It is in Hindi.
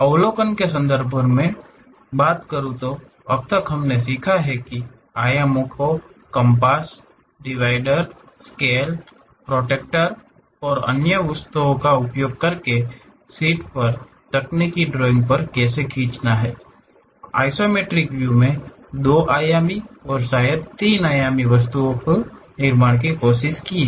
अवलोकन के संदर्भ में बात करू तो अब तक हमने सीखा है कि आयामों को कम्पास डिवाइडर स्केल प्रोट्रैक्टर और अन्य वस्तुओं का उपयोग करके शीट पर तकनीकी ड्राइंग पर कैसे खींचना है आइसोमेट्रिक व्यू में दो आयामी और शायद तीन आयामी वस्तुओं के निर्माण की कोशिश की हैं